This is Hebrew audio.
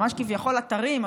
ממש כביכול אתרים,